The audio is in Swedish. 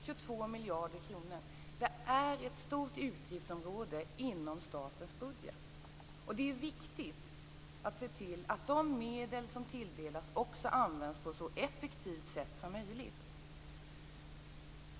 Detta är ett stort utgiftsområde inom statens budget, och det är viktigt att se till att de medel som tilldelas också används på ett så effektivt sätt som möjligt.